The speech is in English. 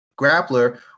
grappler